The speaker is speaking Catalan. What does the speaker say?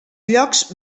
llocs